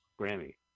Grammy